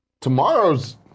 Tomorrow's